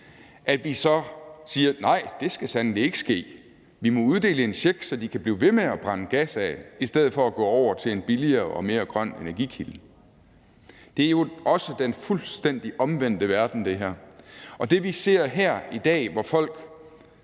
så siger, at nej, det skal sandelig ikke ske, men vi må uddele en check, så de kan blive ved med at brænde gas af i stedet for at gå over til en billigere og mere grøn energikilde. Det her er jo også den fuldstændig omvendte verden, og det, som vi ser her i dag, hvor folk